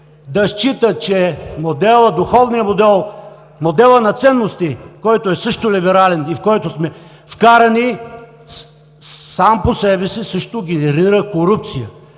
да счита че духовният модел, моделът на ценности, който е също либерален и в който сме вкарани, сам по себе си също генерира корупция.